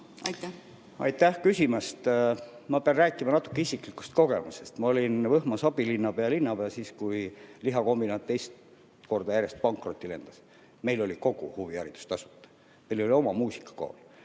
Aitäh küsimast! Ma pean natuke rääkima isiklikust kogemusest. Ma olin Võhmas abilinnapea ja linnapea siis, kui lihakombinaat teist korda järjest pankrotti lendas. Meil oli kogu huviharidus tasuta, meil oli oma muusikakool.